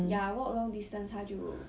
ya walk long distance 她就